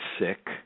sick